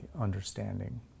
understanding